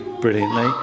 brilliantly